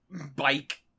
bike